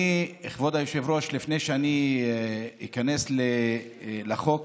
כבוד היושב-ראש, לפני שאני איכנס לחוק